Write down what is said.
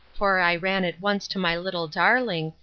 for i ran at once to my little darling,